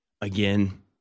Again